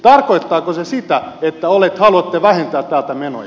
tarkoittaako se sitä että haluatte vähentää täältä menoja